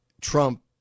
Trump